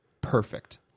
perfect